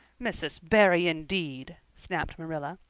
mrs. barry indeed! snapped marilla.